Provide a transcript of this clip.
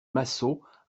massot